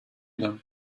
them